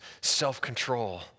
self-control